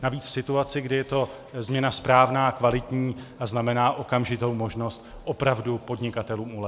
Navíc v situaci, kdy je to změna správná, kvalitní a znamená okamžitou možnost opravdu podnikatelům ulevit.